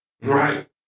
right